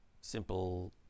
simple